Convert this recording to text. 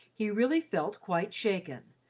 he really felt quite shaken,